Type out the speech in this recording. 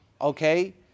okay